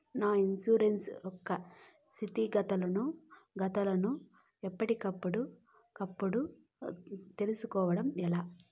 నా ఇన్సూరెన్సు యొక్క స్థితిగతులను గతులను ఎప్పటికప్పుడు కప్పుడు తెలుస్కోవడం ఎలా?